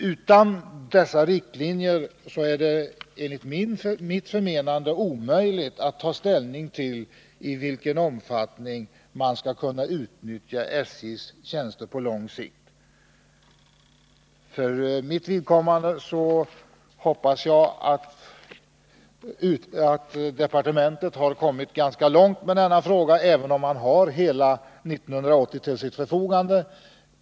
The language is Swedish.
Utan sådana riktlinjer är det enligt mitt förmenande omöjligt att ta ställning till frågan i vilken omfattning man skall kunna utnyttja SJ:s tjänster på lång sikt. Jag hoppas att departementet har kommit ganska långt med arbetet på dessa riktlinjer, även om man har hela 1980 till 9” sitt förfogande.